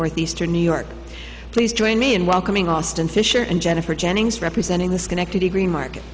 northeastern new york please join me in welcoming austin fisher and jennifer jennings representing the schenectady green market